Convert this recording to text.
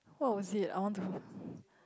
what was it I want to